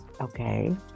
Okay